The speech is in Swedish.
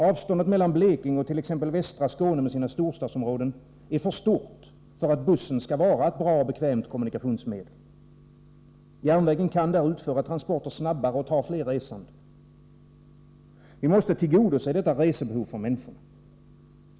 Avståndet mellan Blekinge och t.ex. västra Skåne med sina storstadsområden är för stort för att bussen skall vara ett bra och bekvämt kommunikationsmedel. Järnvägen kan där utföra transporter snabbare och tar fler resande. Vi måste tillgodose detta resebehov för människorna.